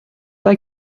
pas